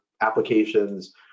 applications